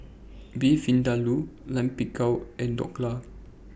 Beef Vindaloo Lime Pickle and Dhokla